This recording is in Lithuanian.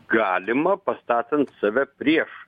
galima pastatant save prieš